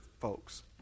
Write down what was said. folks